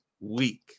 week